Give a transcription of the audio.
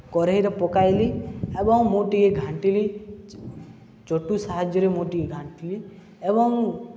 କଡ଼େଇରେ ପକାଇଲି ଏବଂ ମୁଁ ଟିକିଏ ଘାଣ୍ଟିଲି ଚଟୁ ସାହାଯ୍ୟରେ ମୁଁ ଟିକିଏ ଘାଣ୍ଟିଲି ଏବଂ